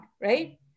right